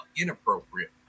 inappropriate